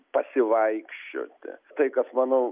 pasivaikščioti tai kas manau